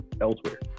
elsewhere